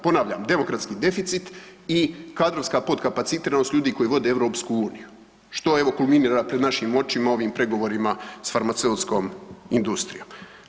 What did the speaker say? Ponavljam demografski deficit i kadrovska podkapacitiranost ljudi koji vode EU što je evo kulminira pred našim očima ovim pregovorima s farmaceutskom industrijom.